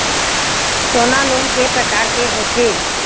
सोना लोन के प्रकार के होथे?